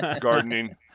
Gardening